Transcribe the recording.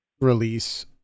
release